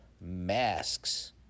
masks